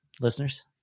listeners